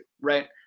Right